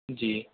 جی